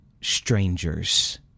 strangers